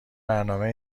برنامه